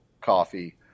coffee